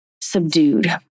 subdued